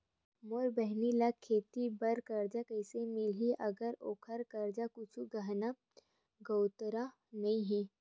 मोर बहिनी ला खेती बार कर्जा कइसे मिलहि, अगर ओकर करा कुछु गहना गउतरा नइ हे?